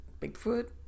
Bigfoot